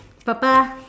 papa